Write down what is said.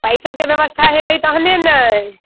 पैसोके व्यवस्था होयतै यऽ तहने ने